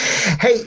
hey